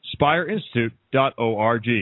SpireInstitute.org